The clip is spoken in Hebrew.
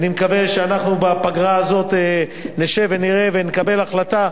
אני מקווה שבפגרה הזאת נשב ונראה ונקבל החלטה,